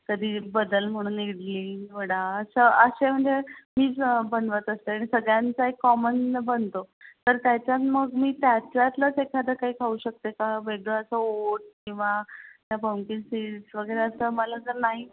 कधी बदल म्हणून इडली वडा असं असे म्हणजे मीच बनवत असते आणि सगळ्यांचा एक कॉमन बनतो तर त्याच्यात मग मी त्याच्यातलंच एखादं काही खाऊ शकते का वेगळं असं ओट किंवा त्या पम्कीन सीड्स वगैरे असं मला जर नाही